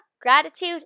gratitude